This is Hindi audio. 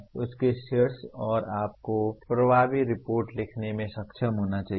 और उसके शीर्ष पर आपको प्रभावी रिपोर्ट लिखने में सक्षम होना चाहिए